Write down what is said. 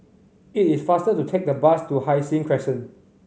it is faster to take the bus to Hai Sing Crescent